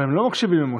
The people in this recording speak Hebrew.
לא מקשיבים לו.